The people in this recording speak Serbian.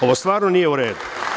Ovo stvarno nije uredu.